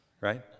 Right